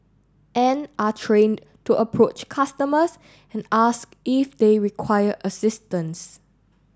and are trained to approach customers and ask if they require assistance